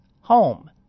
home